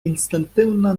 інстинктивна